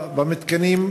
במתקנים,